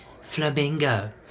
flamingo